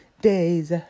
days